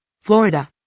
Florida